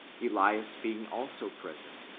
elias being also present,